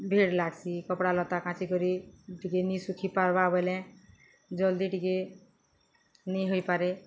ଭିଡ଼୍ ଲାଗ୍ସି କପ୍ଡ଼ାଲତା କାଚି କରି ଟିକେ ନି ଶୁଖିପାର୍ବା ବଏଲେ ଜଲ୍ଦି ଟିକେ ନି ହେଇପାରେ